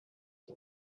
nac